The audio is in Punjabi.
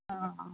ਹਾਂ ਹਾਂ